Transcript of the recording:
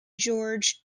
george